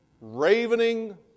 Ravening